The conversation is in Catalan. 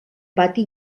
pati